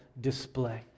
display